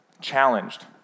challenged